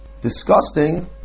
disgusting